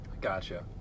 Gotcha